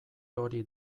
hori